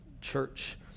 church